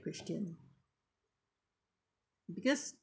christian because